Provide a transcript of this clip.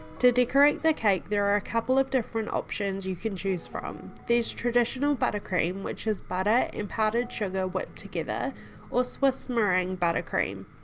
to decorate the cake there are a couple of different options you can choose from, theres traditional buttercream which is butter and powdered sugar whipped together or swiss meringue buttercream.